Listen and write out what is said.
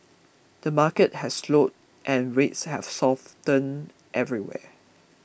the market has slowed and rates have softened everywhere